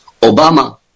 Obama